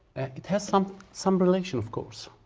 it has some some relation of course.